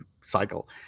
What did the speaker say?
cycle